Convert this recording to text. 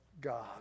God